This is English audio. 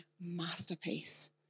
masterpiece